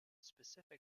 specific